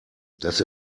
das